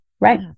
right